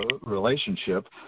relationship